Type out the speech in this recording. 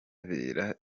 bera